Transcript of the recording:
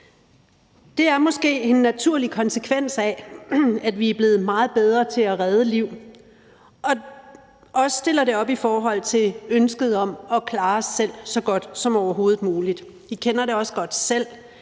Det er måske en naturlig konsekvens af, at vi er blevet meget bedre til at redde liv og også stiller livet op i forhold til ønsket om at klare os selv så godt som overhovedet muligt. Vi kender det også godt selv